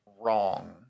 wrong